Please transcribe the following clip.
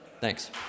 thanks